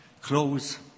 close